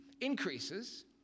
increases